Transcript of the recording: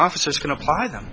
officers can apply them